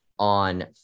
on